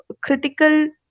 critical